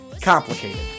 Complicated